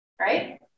right